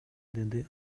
деди